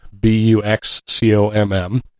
b-u-x-c-o-m-m